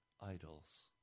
idols